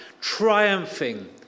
triumphing